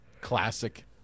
classic